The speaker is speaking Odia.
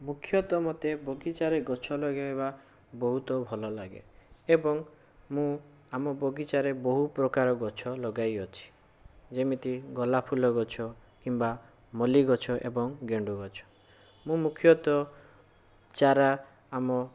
ମୁଖ୍ୟତଃ ମୋତେ ବାଗିଚାରେ ଗଛ ଲଗେଇବା ବହୁତ ଭଲ ଲାଗେ ଏବଂ ମୁଁ ଆମ ବଗିଚାରେ ବହୁପ୍ରକାର ଗଛ ଲଗାଇ ଅଛି ଯେମିତି ଗୋଲାପ ଫୁଲ ଗଛ କିମ୍ବା ମଲ୍ଲି ଗଛ ଏବଂ ଗେଣ୍ଡୁ ଗଛ ମୁଁ ମୁଖ୍ୟତଃ ଚାରା ଆମ